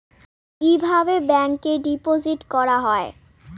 কিভাবে ব্যাংকে ডিপোজিট করা হয়?